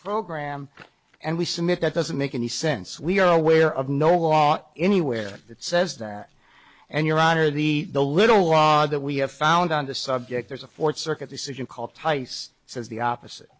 program and we submit that doesn't make any sense we are aware of no law anywhere that says that and your honor the the little law that we have found on the subject there's a fourth circuit decision called tice says the opposite